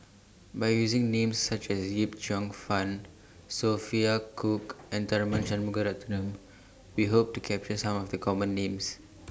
By using Names such as Yip Cheong Fun Sophia Cooke and Tharman Shanmugaratnam We Hope to capture Some of The Common Names